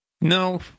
No